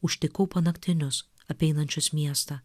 užtikau panaktinius apeinančius miestą